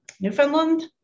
Newfoundland